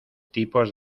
tipos